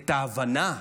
את ההבנה,